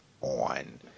on